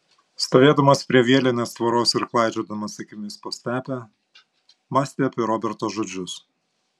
stovėdamas prie vielinės tvoros ir klaidžiodamas akimis po stepę mąstė apie roberto žodžius